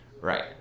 Right